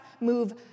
move